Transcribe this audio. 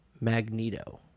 Magneto